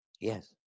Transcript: Yes